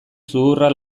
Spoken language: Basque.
zuhurra